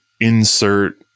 insert